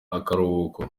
akaruhuko